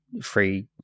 free